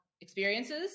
experiences